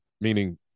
meaning